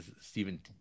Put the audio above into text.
Stephen